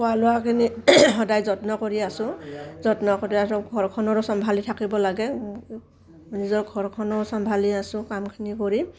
খোৱা লোৱাখিনি সদায় যত্ন কৰি আছোঁ যত্ন কৰি আৰু ঘৰখনৰো চম্ভালি থাকিব লাগে নিজৰ ঘৰখনৰো চম্ভালি আছোঁ কামখিনি কৰি